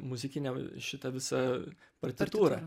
muzikinę šitą visą partitūrą